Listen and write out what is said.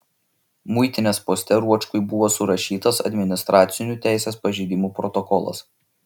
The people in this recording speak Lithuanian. muitinės poste ruočkui buvo surašytas administracinių teisės pažeidimų protokolas